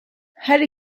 her